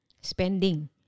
spending